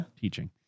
teaching